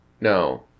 No